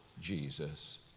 Jesus